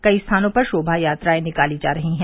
कई स्थानों पर शोभायात्राएं निकाली जा रही हैं